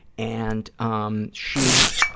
and um she